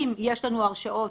אם יש לנו הרשעות